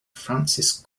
francis